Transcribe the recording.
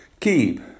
keep